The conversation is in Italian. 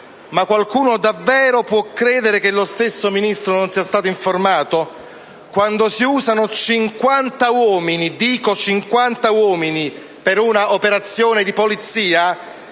Qualcuno davvero può credere che lo stesso Ministro non sia stato informato quando si usano 50 uomini, - lo sottolineo, 50 uomini - per un'operazione di polizia?